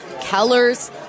Keller's